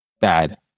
bad